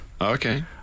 Okay